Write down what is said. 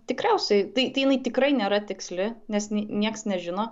tikriausiai tai tai jinai nėra tiksli nes jinai nieks nežino